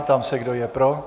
Ptám se, kdo je pro.